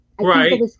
Right